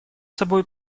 собой